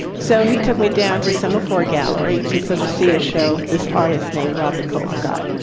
so he took me down to semaphore gallery to sort of see a show of this artist named robert colescott.